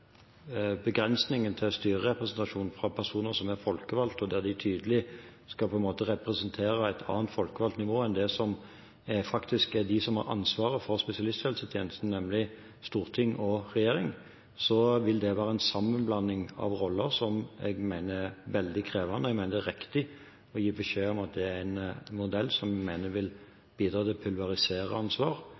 begrensningen til styrerepresentasjon fra personer som er folkevalgte, og der de tydelig skal representere et annet folkevalgt nivå enn dem som faktisk har ansvaret for spesialisthelsetjenesten, nemlig storting og regjering, vil være en sammenblanding av roller som jeg mener er veldig krevende. Og jeg mener det er riktig å gi beskjed om at det er en modell som vi mener vil bidra til å pulverisere ansvar,